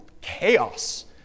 chaos